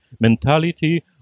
mentality